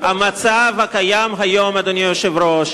אדוני היושב-ראש,